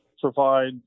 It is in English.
provide